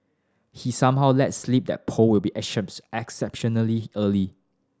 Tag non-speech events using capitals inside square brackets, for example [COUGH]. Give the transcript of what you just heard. he somehow let slip that poll will be [UNINTELLIGIBLE] exceptionally early